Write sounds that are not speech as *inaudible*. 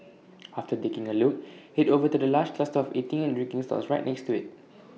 *noise* after taking A look Head over to the large cluster of eating and drinking stalls right next to IT